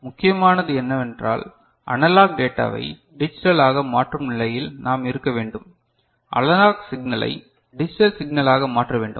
எனவே முக்கியமானது என்னவென்றால் அனலாக் டேட்டாவை டிஜிட்டலாக மாற்றும் நிலையில் நாம் இருக்க வேண்டும் அனலாக் சிக்னலை டிஜிட்டல் சிக்னலாக மாற்ற வேண்டும்